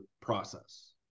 process